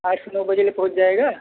आठ से नौ बजे ले पहुँच जाएगा